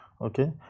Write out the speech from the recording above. okay